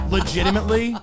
Legitimately